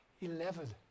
Eleven